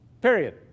Period